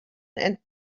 and